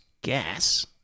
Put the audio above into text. gas